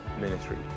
ministry